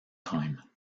time